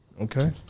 Okay